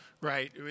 Right